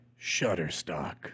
Shutterstock